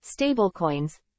stablecoins